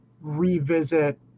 revisit